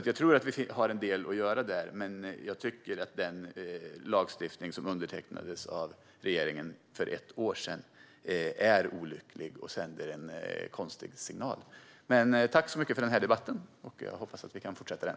Jag tror att vi har en del att göra på detta område, och jag tycker att den lagstiftning som undertecknades av regeringen för ett år sedan är olycklig och sänder en konstig signal. Jag tackar för denna debatt och hoppas att vi kan fortsätta den.